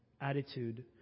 attitude